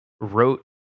wrote